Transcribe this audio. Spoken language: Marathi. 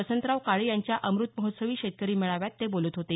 वसंतराव काळे यांच्या अमृत महोत्सवी शेतकरी मेळाव्यात बोलत होते